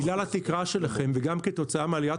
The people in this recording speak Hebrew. בגלל התקרה שלכם וגם כתוצאה מעליית